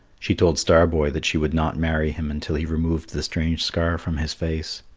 she told star-boy that she would not marry him until he removed the strange scar from his face.